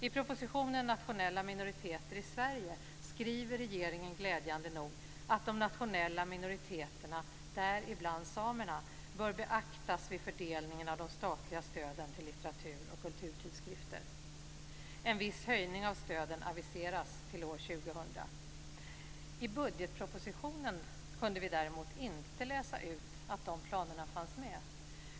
I propositionen Nationella minoriteter i Sverige skriver regeringen glädjande nog att de nationella minoriteterna - däribland samerna - bör beaktas vid fördelningen av de statliga stöden till litteratur och kulturtidskrifter. En viss höjning av stöden aviseras till år 2000. I budgetpropositionen kunde vi däremot inte läsa ut att de planerna fanns med.